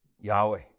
Yahweh